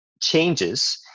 changes